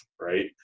right